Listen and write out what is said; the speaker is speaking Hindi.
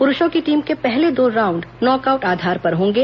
पुरुषों की टीम के पहले दो राउंड नॉकआउट आधार पर होंगे